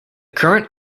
current